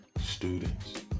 students